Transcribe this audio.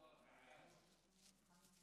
כנסת נכבדה, חבריי חברי